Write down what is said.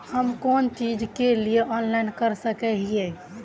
हम कोन चीज के लिए ऑनलाइन कर सके हिये?